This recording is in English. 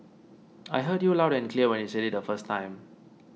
I heard you loud and clear when you said it the first time